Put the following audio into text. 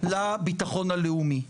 לביטחון הלאומי?